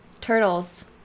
Turtles